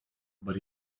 but